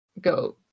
go